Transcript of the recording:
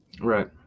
Right